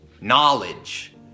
Knowledge